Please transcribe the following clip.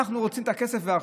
אנחנו רוצים את הכסף ועכשיו.